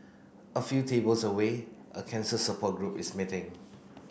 a few tables away a cancer support group is meeting